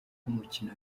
nk’umukino